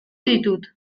ditut